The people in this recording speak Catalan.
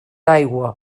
aigua